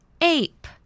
Ape